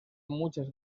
muchas